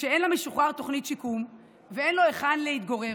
כשאין למשוחרר תוכנית שיקום ושאין לו היכן להתגורר,